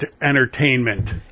entertainment